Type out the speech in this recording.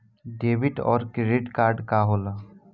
Debit और credit card का होला?